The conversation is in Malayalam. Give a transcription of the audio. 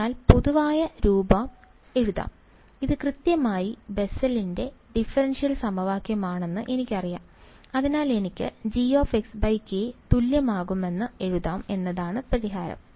അതിനാൽ പൊതുവായ രൂപം എഴുതാം ഇത് കൃത്യമായി ബെസ്സലിന്റെ ഡിഫറൻഷ്യൽ Bessel's differential സമവാക്യമാണെന്ന് എനിക്കറിയാം അതിനാൽ എനിക്ക് G തുല്യമാകുമെന്ന് എഴുതാം എന്നതാണ് പരിഹാരം